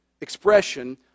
expression